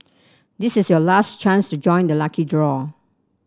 this is your last chance to join the lucky draw